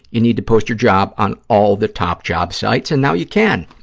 you need to post your job on all the top job sites, and now you can.